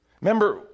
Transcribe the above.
Remember